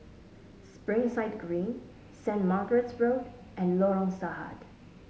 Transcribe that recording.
Springside Green Saint Margaret's Road and Lorong Sahad